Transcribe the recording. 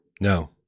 No